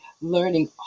learning